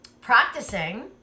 practicing